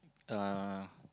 uh